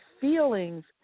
feelings